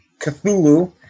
Cthulhu